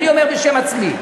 אני אומר בשם עצמי.